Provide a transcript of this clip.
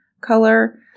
color